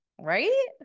right